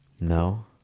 No